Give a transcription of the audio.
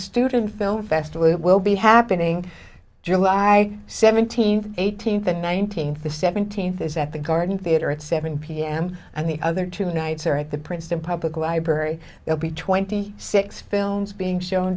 student film festival it will be happening july seventeenth eighteenth and nineteenth the seventeenth is at the garden theatre at seven pm and the other two nights are at the princeton public library will be twenty six films being shown